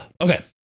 Okay